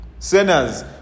Sinners